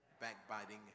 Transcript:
backbiting